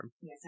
Yes